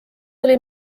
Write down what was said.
oli